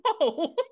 no